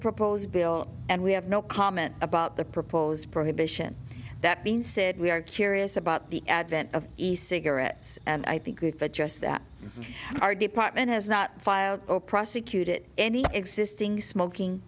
proposed bill and we have no comment about the proposed prohibition that being said we are curious about the advent of the cigarettes and i think good for just that our department has not filed or prosecuted any existing smoking